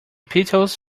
petals